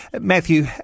Matthew